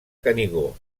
canigó